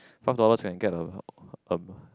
five dollars can get a um